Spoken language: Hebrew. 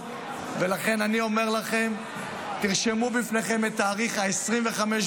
ולכן אני אומר לכם, תרשמו בפניכם את 25 ביולי.